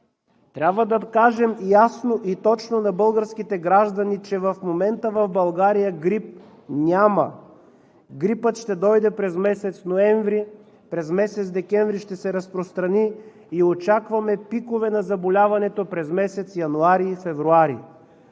Трябва да кажем ясно и точно на българските граждани, че в момента в България грип няма. Грипът ще дойде през месец ноември, през месец декември ще се разпространи и очакваме пикове на заболяването през месец януари и февруари.